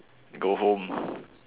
go home